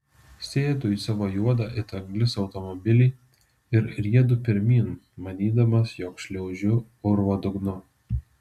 sėdu į savo juodą it anglis automobilį ir riedu pirmyn manydamas jog šliaužiu urvo dugnu